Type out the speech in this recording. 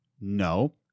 no